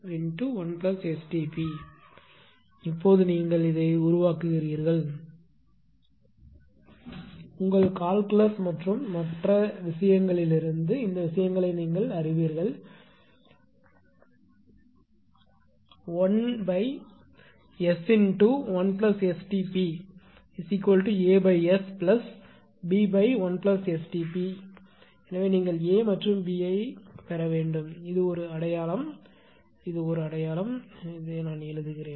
01Kp1S1STp இப்போது நீங்கள் இதை உருவாக்குகிறீர்கள் உங்கள் கால்குலஸ் மற்றும் மற்ற விஷயங்களிலிருந்து இந்த விஷயங்களை நீங்கள் அறிவீர்கள் 1S1STpASB1STp எனவே நீங்கள் A மற்றும் B ஐப் பெற வேண்டும் இது ஒரு அடையாளம் இது ஒரு அடையாளம் எனவே நாம் எழுதலாம்